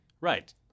Right